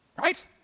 right